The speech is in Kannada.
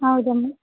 ಹೌದಾ ಮ್ಯಾಮ್